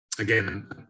Again